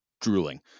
drooling